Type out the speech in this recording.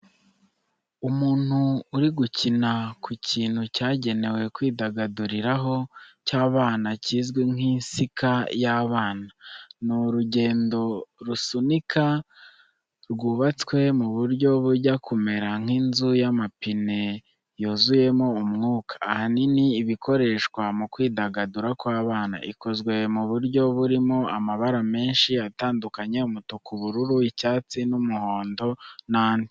Umuntu uri gukina ku kintu cyagenewe kwidagaduriraho cy'abana kizwi nk'insika y’abana. Ni urugendo rusunika rwubatswe mu buryo bujya kumera nk’inzu y’amapine yuzuyemo umwuka, ahanini iba ikoreshwa mu kwidagadura kw’abana. Ikozwe mu buryo burimo amabara menshi atandukanye umutuku, ubururu, icyatsi, umuhondo n’andi.